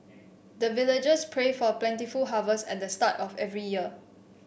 the villagers pray for plentiful harvest at the start of every year